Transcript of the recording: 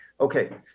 okay